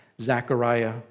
Zechariah